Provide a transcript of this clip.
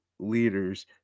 leaders